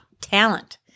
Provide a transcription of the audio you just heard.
talent